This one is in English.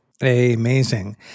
Amazing